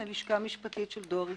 הלשכה המשפטית של דואר ישראל.